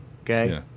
okay